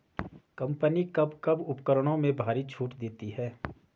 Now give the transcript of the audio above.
Company कब कब उपकरणों में भारी छूट देती हैं?